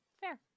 Fair